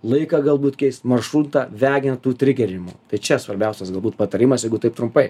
laiką galbūt keist maršrutą vegiant tų trigerinimų tai čia svarbiausias galbūt patarimas jeigu taip trumpai